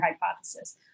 hypothesis